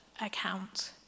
account